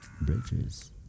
bridges